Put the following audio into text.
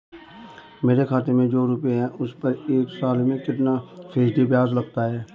मेरे खाते में जो रुपये हैं उस पर एक साल में कितना फ़ीसदी ब्याज लगता है?